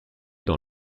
dans